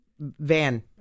van